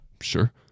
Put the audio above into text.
sure